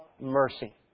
mercy